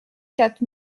quatre